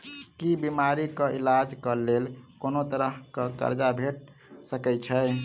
की बीमारी कऽ इलाज कऽ लेल कोनो तरह कऽ कर्जा भेट सकय छई?